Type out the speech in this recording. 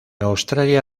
australia